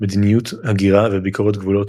מדיניות הגירה וביקורת גבולות